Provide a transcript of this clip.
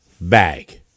bag